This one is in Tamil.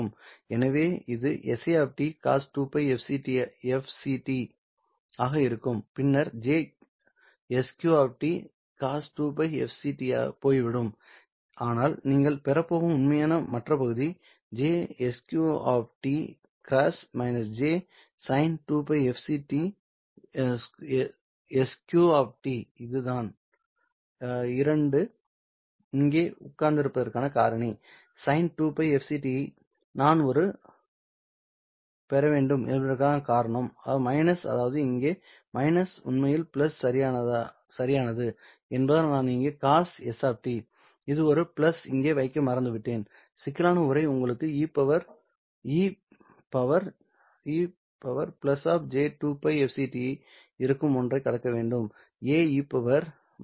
எனவே இது si cos2πfct ஆக இருக்கும் பின்னர் j sq cos2πfct போய்விடும் ஆனால் நீங்கள் பெறப்போகும் உண்மையான மற்ற பகுதி j sq x -j sin 2πfct sq இதுதான் 2 இங்கே உட்கார்ந்திருப்பதற்கான காரணி sin2πfct நான் ஒரு பெற வேண்டும் என்பதற்கான காரணம் அதாவது இங்கே இது உண்மையில் சரியானது என்பதால் நான் இங்கே cos s ஒரு இங்கே வைக்க மறந்துவிட்டேன் சிக்கலான உறை உங்களுக்கு e j2πfct இருக்கும் ஒன்றைக் கடக்க ae j2πfct